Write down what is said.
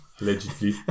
Allegedly